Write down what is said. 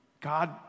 God